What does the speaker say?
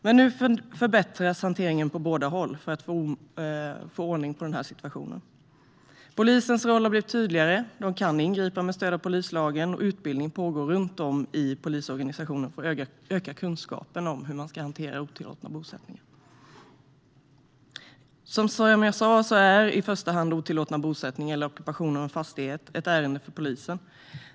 Men nu förbättras hanteringen på båda håll för att man ska få ordning på den här situationen. Polisens roll har blivit tydligare. De kan ingripa med stöd av polislagen. Och utbildning pågår runt om i polisorganisationen för att öka kunskapen om hur man ska hantera otillåtna bosättningar. Som jag sa är i första hand otillåtna bosättningar eller ockupation av en fastighet ett ärende för polisen.